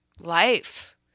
life